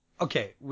okay